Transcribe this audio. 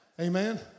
Amen